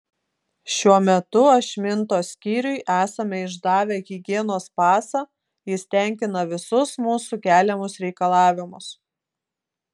šiuo metu ašmintos skyriui esame išdavę higienos pasą jis tenkina visus mūsų keliamus reikalavimus